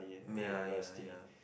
ya ya ya